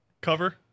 cover